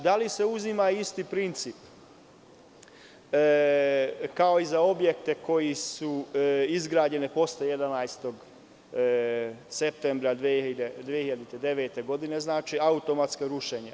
Da li se uzima isti princip kao i za objekte koji su izgrađeni posle 11. septembra 2009. godine, znači automatsko rušenje?